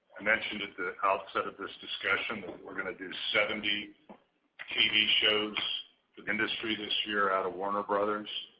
i mentioned at the outset of this discussion that we're going to do seventy tv shows for the industry this year out of warner brothers,